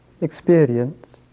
experience